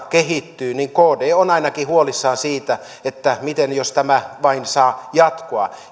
kehittyy niin kd on ainakin huolissaan siitä jos tämä vain saa jatkua